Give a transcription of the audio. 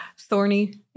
thorny